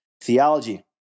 theology